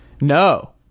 No